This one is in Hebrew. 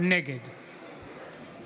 נגד